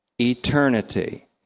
eternity